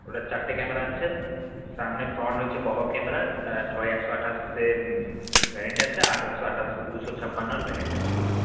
ওটার চারটে ক্যামেরা আছে সামনে ফ্রন্ট হচ্ছে পপ আপ ক্যামেরা আর ছয় একশো আঠাশের ভেরিয়েন্ট আছে আট একশো আঠাশ দুশো ছাপ্পানোর ভেরিয়েন্ট আছে দুটো